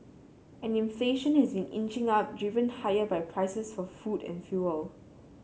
and inflation has been inching up driven by higher prices for food and fuel